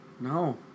No